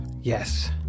Yes